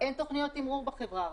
אין תוכניות תמרור בחברה הערבית.